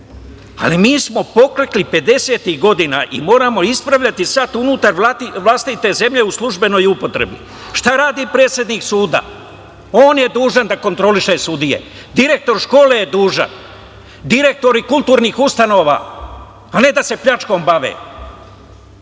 Ali, mi smo poklekli pedesetih godina i moramo ispravljati i sad unutar vlastite zemlje u službenoj upotrebi. Šta radi predsednik suda? On je dužan da kontroliše sudije. Direktor škole je dužan. Direktori kulturnih ustanova, a ne da se pljačkom bave,